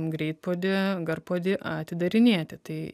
greitpuodį garpuodį atidarinėti tai